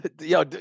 Yo